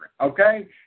okay